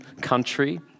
country